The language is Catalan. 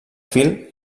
fil